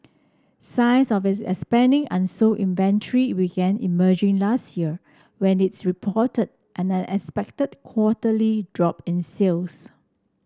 signs of its expanding unsold inventory began emerging last year when is reported an unexpected quarterly drop in sales